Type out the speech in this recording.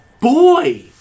boy